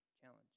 challenge